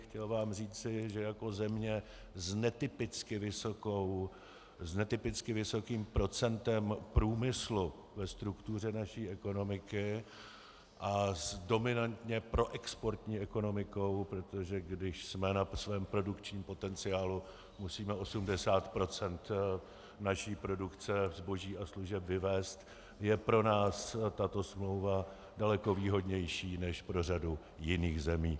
Chtěl vám říci, že jako země s netypicky vysokým procentem průmyslu ve struktuře naší ekonomiky a s dominantně proexportní ekonomikou, protože když jsme na svém produkčním potenciálu, musíme 80 % naší produkce zboží a služeb vyvézt, je pro nás tato smlouva daleko výhodnější než pro řadu jiných zemí.